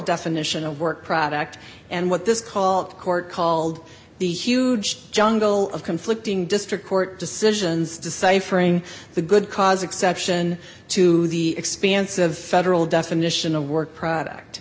definition of work product and what this called court called the huge jungle of conflicting district court decisions decipher the good cause exception to the expansive federal definition of work product